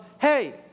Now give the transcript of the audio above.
hey